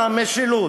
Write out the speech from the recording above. המשילות.